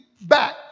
back